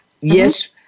yes